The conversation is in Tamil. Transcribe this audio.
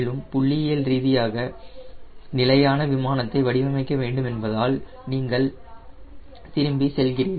மேலும் புள்ளியியல் ரீதியான நிலையான விமானத்தை வடிவமைக்க வேண்டும் என்பதால் நீங்கள் திரும்பி செல்கிறீர்கள்